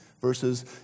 versus